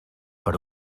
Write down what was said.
per